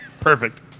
Perfect